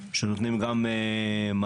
שבהן נותנים גם מענקים,